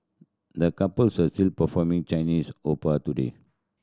the couples are still performing Chinese opera today